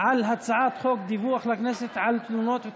על הצעת חוק דיווח לכנסת על תלונות או